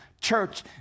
church